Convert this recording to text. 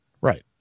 Right